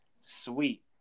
Sweet